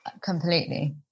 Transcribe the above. completely